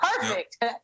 perfect